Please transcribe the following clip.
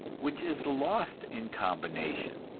which is lost in combination,